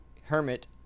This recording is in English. hermit